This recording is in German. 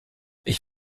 ich